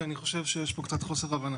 כי אני חושב שיש פה קצת חוסר הבנה.